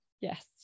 Yes